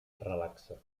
relaxa